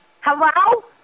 Hello